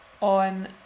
on